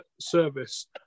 service